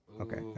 Okay